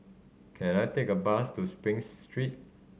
can I take a bus to Spring Street